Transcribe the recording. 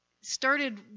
started